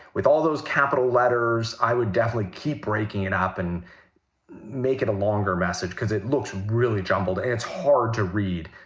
with all those capital letters, i would definitely keep breaking it up and make it a longer message because it looks really jumbled and it's hard to read.